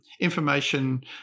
information